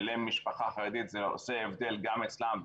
למשפחה חרדית זה עושה הבדל גם אצלם,